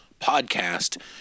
podcast